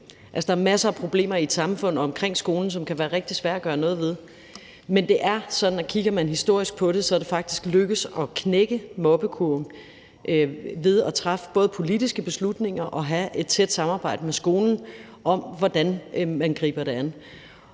Der er masser af problemer i et samfund omkring skolen, som det kan være rigtig svært at gøre noget ved, men det er sådan, at kigger man historisk på det, vil man se, at det faktisk er lykkedes at knække mobbekurven, og det er sket ved både at træffe politiske beslutninger og have et tæt samarbejde med skolen om, hvordan man griber det an.